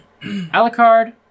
Alucard